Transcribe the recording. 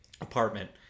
apartment